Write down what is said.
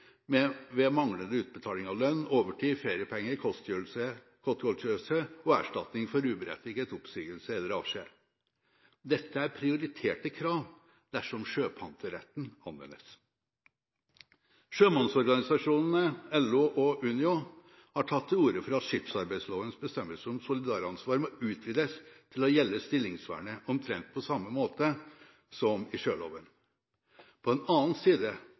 ved manglende utbetaling av lønn, overtid, feriepenger, kostgodtgjørelse og erstatning for uberettiget oppsigelse eller avskjed. Dette er prioriterte krav dersom sjøpanteretten anvendes. Sjømannsorganisasjonene, LO og Unio har tatt til orde for at skipsarbeidslovens bestemmelser om solidaransvar må utvides til å gjelde stillingsvernet, omtrent på samme måte som i sjøloven. På den annen side